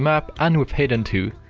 map, and with hidden too.